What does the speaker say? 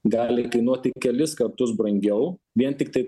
gali kainuoti kelis kartus brangiau vien tiktai